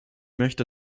möchte